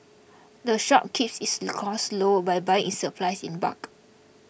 the shop keeps its costs low by buying its supplies in bulk